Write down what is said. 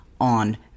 on